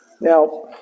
Now